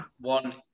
One